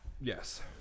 Yes